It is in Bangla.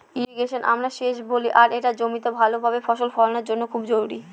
ইর্রিগেশনকে আমরা সেচ বলি আর এটা জমিতে ভাল ভাবে ফসল ফলানোর জন্য খুব জরুরি